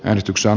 äänestyksen